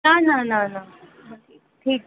न न न न हा ठीकु ठीकु